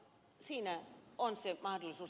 siinä on se mahdollisuus